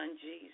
Jesus